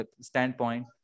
standpoint